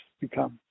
become